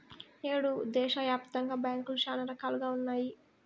నేడు దేశాయాప్తంగా బ్యాంకులు శానా రకాలుగా ఉన్నాయి